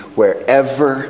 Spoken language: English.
wherever